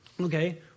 Okay